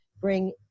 bring